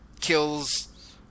kills